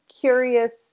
curious